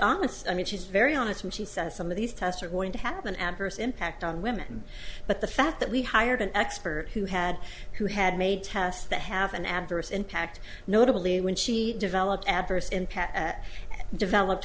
honest i mean she's very honest when she says some of these tests are going to happen adverse impact on women but the fact that we hired an expert who had who had made tests that have an adverse impact notably when she developed adverse impacts at developed